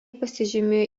pasižymėjo